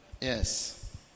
Yes